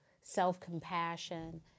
self-compassion